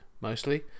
mostly